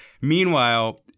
Meanwhile